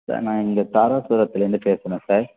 sir நான் இங்கே தாராசுரத்துலேருந்து பேசுகிறேன் சார்